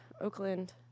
Oakland